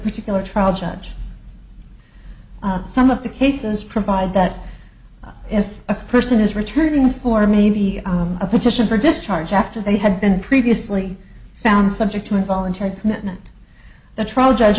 particular trial judge some of the cases provide that if a person is returning for maybe a petition for discharge after they had been previously found subject to involuntary commitment the trial judge